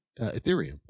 Ethereum